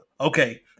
Okay